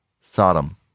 Sodom